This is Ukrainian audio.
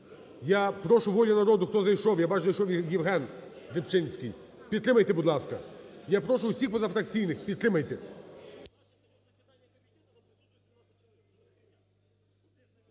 Я прошу "Волю народу", хто зайшов, я бачу, що зайшов Євген Рибчинський, підтримайте, будь ласка. Я прошу всіх позафракційних, підтримайте.